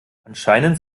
anscheinend